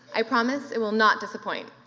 i promise it will not disappoint.